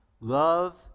Love